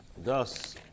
thus